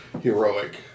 heroic